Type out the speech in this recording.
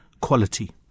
quality